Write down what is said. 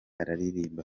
araririmba